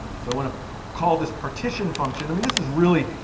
so i want to call this partition function. i mean this is really,